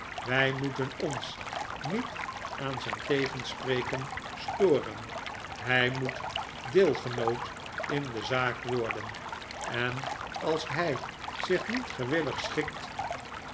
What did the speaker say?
wij moeten ons niet aan zijn tegenspreken storen hij moet deelgenoot in de zaak worden en als hij zich niet gewillig schikt